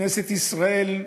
כנסת ישראל,